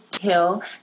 hill